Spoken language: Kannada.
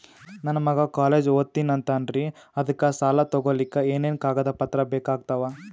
ನನ್ನ ಮಗ ಕಾಲೇಜ್ ಓದತಿನಿಂತಾನ್ರಿ ಅದಕ ಸಾಲಾ ತೊಗೊಲಿಕ ಎನೆನ ಕಾಗದ ಪತ್ರ ಬೇಕಾಗ್ತಾವು?